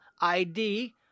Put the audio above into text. ID